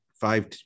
five